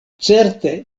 certe